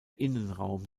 innenraum